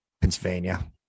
Pennsylvania